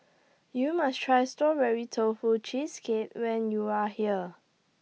YOU must Try Strawberry Tofu Cheesecake when YOU Are here